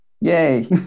Yay